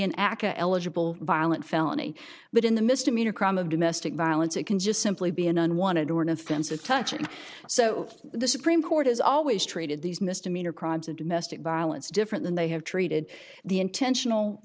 ak eligible violent felony but in the misdemeanor crime of domestic violence it can just simply be an unwanted or an offensive touching so the supreme court has always treated these misdemeanor crimes of domestic violence different than they have treated the intentional